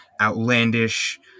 outlandish